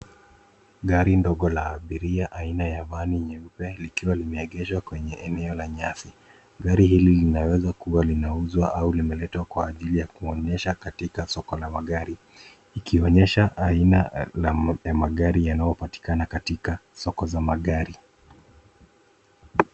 Gari ndogo la abiria aina ya vani nyeupe likiwa lilmeegeshwa kwenye eneo la nyasi. Gari hili linaweza kuwa linauzwa au limeletwa kwa ajili ya kuonyesha katika soko la magari ikionyesha aina la magari yanayopatikana katika soko za magari.